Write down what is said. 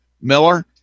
Miller